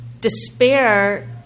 despair